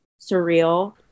surreal